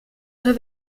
oder